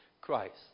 Christ